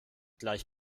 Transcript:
gleich